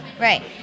Right